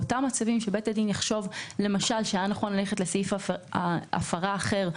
באותם מצבים שבהם בית הדין יחשוב שהיה נכון ללכת לסעיף הפרה אחר,